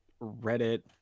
Reddit